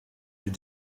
les